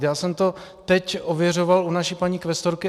Já jsem to teď ověřoval u naší paní kvestorky.